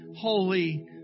holy